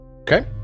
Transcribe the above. Okay